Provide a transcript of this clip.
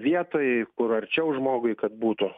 vietoj kur arčiau žmogui kad būtų